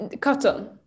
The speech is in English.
Cotton